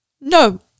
No